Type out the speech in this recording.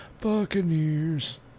Buccaneers